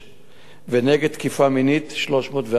ועל תקיפה מינית, 304 תיקים.